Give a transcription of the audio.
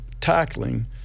tackling